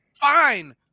fine